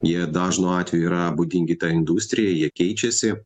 jie dažnu atveju yra būdingi tai industrijai jie keičiasi